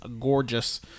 gorgeous